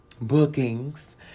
bookings